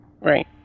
right